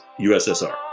USSR